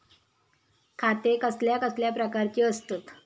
खाते कसल्या कसल्या प्रकारची असतत?